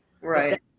Right